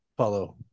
follow